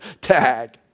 tag